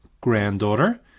granddaughter